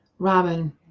Robin